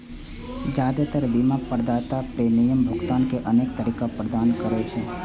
जादेतर बीमा प्रदाता प्रीमियम भुगतान के अनेक तरीका प्रदान करै छै